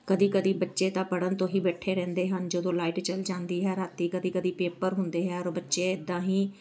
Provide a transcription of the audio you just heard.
ਕਦੇ ਕਦੇ ਬੱਚੇ ਤਾਂ ਪੜ੍ਹਨ ਤੋਂ ਹੀ ਬੈਠੇ ਰਹਿੰਦੇ ਹਨ ਜਦੋਂ ਲਾਈਟ ਚਲ ਜਾਂਦੀ ਹੈ ਰਾਤੀ ਕਦੇ ਕਦੇ ਪੇਪਰ ਹੁੰਦੇ ਹੈ ਔਰ ਬੱਚੇ ਇੱਦਾਂ ਹੀ